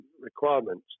requirements